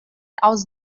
aus